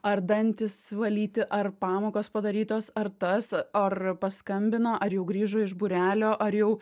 ar dantis valyti ar pamokos padarytos ar tas ar paskambino ar jau grįžo iš būrelio ar jau